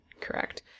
Correct